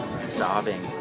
sobbing